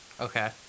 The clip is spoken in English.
Okay